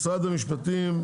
משרד המשפטים,